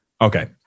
Okay